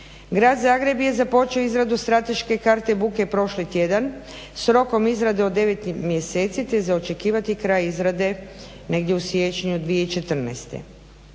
Grad Zagreb je započeo izradu strateške karte buke prošli tjedan s rokom izrade od 9 mjeseci, te je za očekivati kraj izrade negdje u siječnju 2014.